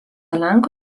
lenkų